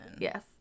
Yes